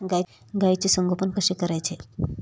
गाईचे संगोपन कसे करायचे?